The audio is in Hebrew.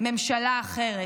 ממשלה אחרת.